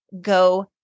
go